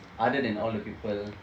other than all the people